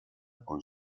con